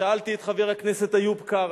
שאלתי את חבר הכנסת איוב קרא,